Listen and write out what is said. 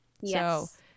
Yes